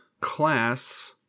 class